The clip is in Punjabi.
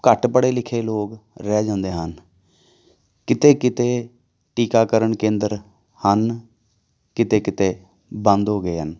ਘੱਟ ਪੜ੍ਹੇ ਲਿਖੇ ਲੋਕ ਰਹਿ ਜਾਂਦੇ ਹਨ ਕਿਤੇ ਕਿਤੇ ਟੀਕਾਕਰਨ ਕੇਂਦਰ ਹਨ ਕਿਤੇ ਕਿਤੇ ਬੰਦ ਹੋ ਗਏ ਹਨ